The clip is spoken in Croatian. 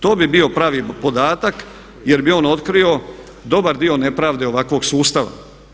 To bi bio pravi podatak jer bi on otkrio dobar dio nepravde ovakvog sustava.